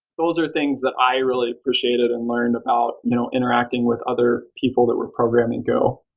those are things that i really appreciated and learn about you know interacting with other people that were programming go.